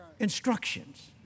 instructions